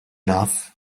naf